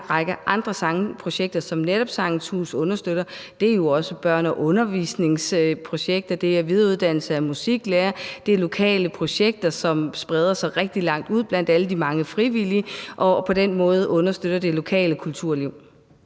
men en lang række andre sangprojekter, som netop Sangens Hus understøtter. Det er jo også børne- og undervisningsprojekter; det er videreuddannelse af musiklærere; det er lokale projekter, som spreder sig rigtig langt ud blandt alle de mange frivillige og på den måde understøtter det lokale kulturliv.